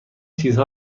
چیزها